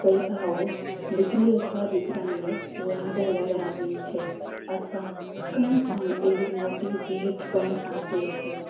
ફૈબાઓ દીકરી અથવા દીકરાને લાડ લડાવે છે અથવા કંઇપણ એવી મોટી ભેટ પણ આપે છે